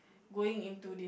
going into the